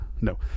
no